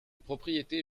propriété